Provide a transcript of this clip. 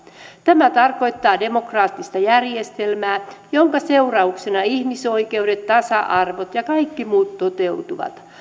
tämä tarkoittaa demokraattista järjestelmää jonka seurauksena ihmisoikeudet tasa arvo ja kaikki muut toteutuvat